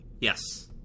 Yes